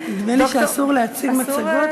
נדמה לי שאסור להציג מצגות,